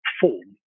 form